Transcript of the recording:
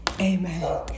amen